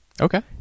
Okay